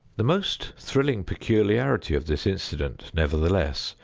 the most thrilling peculiarity of this incident, nevertheless,